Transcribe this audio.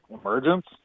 emergence